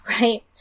right